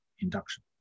induction